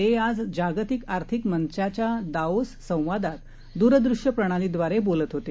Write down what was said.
ते आज जागतिक आर्थिक मंचाच्या दाओस संवादात द्रदृश्यप्रणालीद्वारे बोलत होते